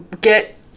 get